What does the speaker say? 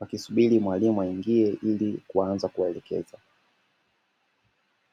wakisubiri mwalimu aingie ili kuanza kuwaelekeza.